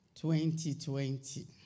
2020